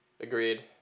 agreed